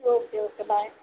okay okay bye